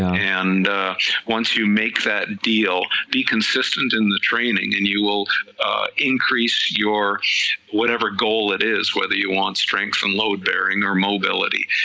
and once you make that deal be consistent in the training, and you will increase your whatever goal it is, whether you want strength and load bearing or mobility,